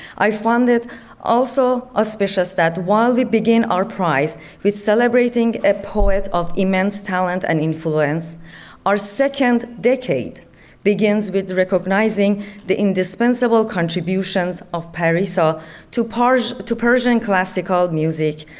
i find it also auspicious that while we begin our prize with celebrating a poet of immense talent and influence our second decade begins with recognizing the indispensable contributions of parissa to persian to persian classical music.